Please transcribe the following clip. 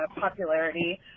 popularity